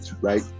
right